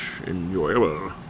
enjoyable